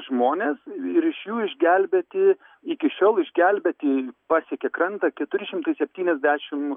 žmonės ir iš jų išgelbėti iki šiol išgelbėti pasiekė krantą keturi šimtai septyniasdešim